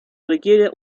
requiere